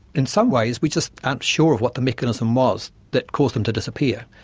in some ways we just aren't sure what the mechanism was that caused them to disappear.